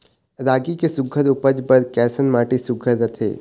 रागी के सुघ्घर उपज बर कैसन माटी सुघ्घर रथे?